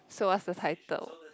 so what's the title